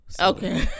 Okay